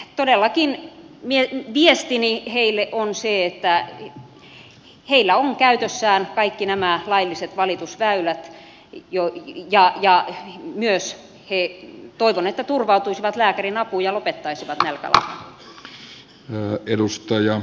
todellakin viestini heille on se että heillä on käytössään kaikki nämä lailliset valitusväylät ja toivon myös että he turvautuisivat lääkärin apuun ja lopettaisivat nälkälakon